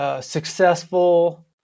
successful